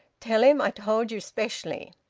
tell him i told you specially.